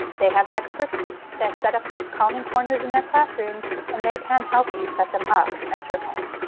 they have experts that set up the calming corners in their classrooms and they can help you set them up at your home.